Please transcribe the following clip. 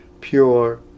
pure